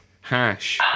Hash